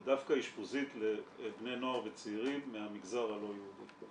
דווקא אשפוזית לבני נוער וצעירים מהמגזר הלא יהודי.